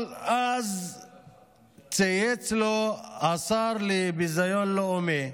אבל אז צייץ לו השר לביזיון לאומי,